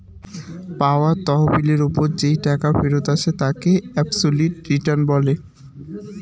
পাওয়া তহবিলের ওপর যেই টাকা ফেরত আসে তাকে অ্যাবসোলিউট রিটার্ন বলে